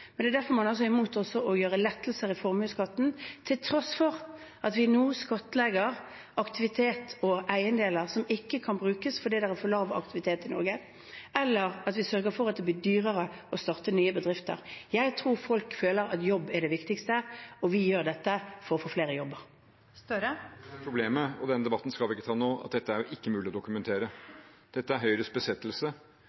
Det er derfor man er imot å gjøre lettelser i formuesskatten, til tross for at vi nå skattlegger aktivitet og eiendeler som ikke kan brukes fordi det er for lav aktivitet i Norge, eller at vi sørger for at det blir dyrere å starte nye bedrifter. Jeg tror folk føler at jobb er det viktigste, og vi gjør dette for å få flere jobber. Jonas Gahr Støre – til oppfølgingsspørsmål. Problemet og denne debatten skal vi ikke ta nå – alt dette er ikke mulig å dokumentere.